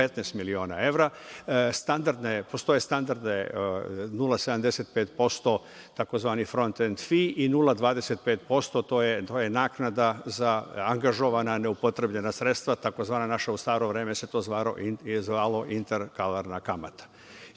15 miliona evra. Postoji standardni 0,75%, tzv. „front end fi“ i 0,25% je naknada za angažovana neupotrebljena sredstva. U staro vreme se to zvalo interkalarna kamata.